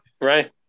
right